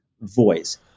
voice